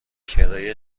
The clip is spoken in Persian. کرایه